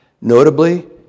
notably